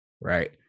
Right